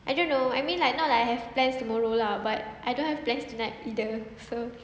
I don't know I mean like not I have plans tomorrow lah but I don't have plans tonight either so